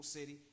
City